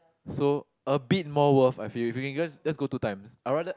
so a bit more worth I feel if you can just just go two times I rather